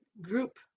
group